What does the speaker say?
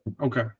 Okay